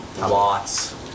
Lots